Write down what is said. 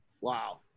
Wow